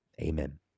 Amen